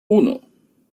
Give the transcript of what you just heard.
uno